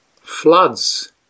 floods